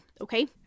Okay